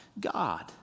God